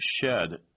shed